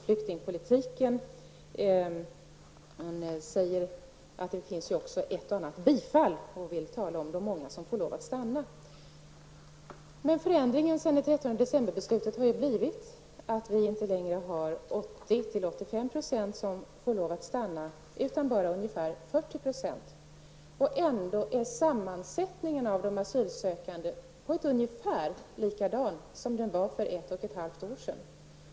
Hon säger att det finns en och annan ansökan som fått bifall och vill tala om de många som får lov att stanna. Men förändringen sedan beslutet den 13 december har blivit att det inte längre är 80--85 % som får stanna utan bara ungefär 40 %. Ändå är sammansättningen av de asylsökande på ett ungefär likadan som den var för ett och ett halvt år sedan.